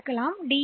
எனவே நீங்கள் கி